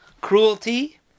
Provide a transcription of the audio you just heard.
cruelty